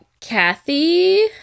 Kathy